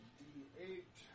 d8